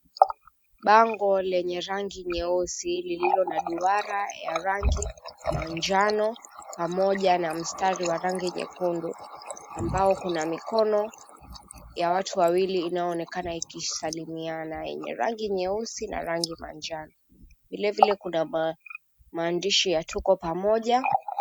Bango lenye rangi nyeusi, lililo na duara ya rangi manjano, pamoja na mstari wenye rangi nyekundu. Ambao kuna mikono ya watu wawili inayoonekana ikisalimiana yenye rangi nyeusi na rangi manjano. Vile vile kuna maandishi ya "Tuko Pamoja".